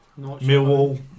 Millwall